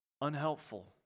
unhelpful